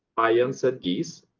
ah iam said geese.